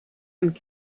and